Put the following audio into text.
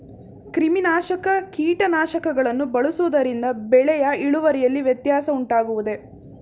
ಕ್ರಿಮಿನಾಶಕ ಕೀಟನಾಶಕಗಳನ್ನು ಬಳಸುವುದರಿಂದ ಬೆಳೆಯ ಇಳುವರಿಯಲ್ಲಿ ವ್ಯತ್ಯಾಸ ಉಂಟಾಗುವುದೇ?